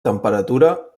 temperatura